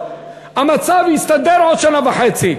המצב יסתדר בעוד שנה וחצי.